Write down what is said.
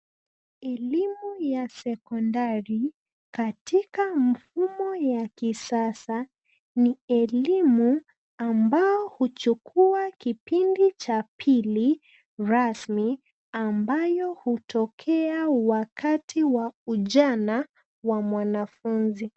Elimu ya sekondari katika mifumo ya kisasa ni elimu ambao huchukua kipindi cha pili na rasmi ambayo hutokea wakati wa ujana wa mwanafunzi.